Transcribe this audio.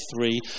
three